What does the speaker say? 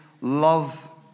love